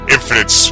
Infinite